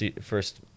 first